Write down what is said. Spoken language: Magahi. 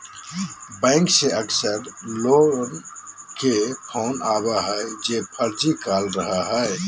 बैंक से अक्सर लोग के फोन आवो हइ जे फर्जी कॉल रहो हइ